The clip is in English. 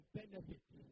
benefits